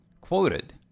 quoted